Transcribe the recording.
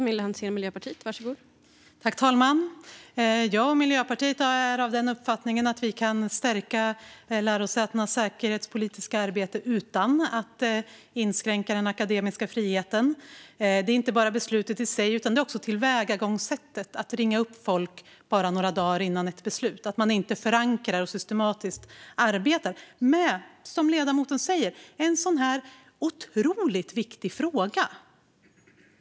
Fru talman! Jag och Miljöpartiet är av den uppfattningen att vi kan stärka lärosätenas säkerhetspolitiska arbete utan att inskränka den akademiska friheten. Det handlar inte bara om beslutet i sig utan också om tillvägagångssättet att ringa upp folk bara några dagar innan ett beslut - att man inte förankrar och arbetar systematiskt med, som ledamoten säger, en sådan här otroligt viktig fråga.